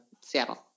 Seattle